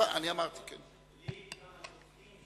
התכוונתי לכמה שופטים,